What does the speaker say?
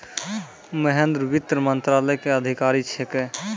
महेन्द्र वित्त मंत्रालय के अधिकारी छेकै